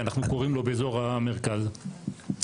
אנחנו קוראים לו באזור המרכז והכוונה,